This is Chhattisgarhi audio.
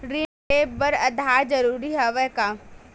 ऋण ले बर आधार जरूरी हवय का?